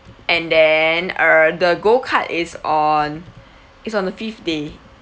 and then err the go kart is on it's on the fifth day